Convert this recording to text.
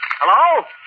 Hello